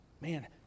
Man